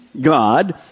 God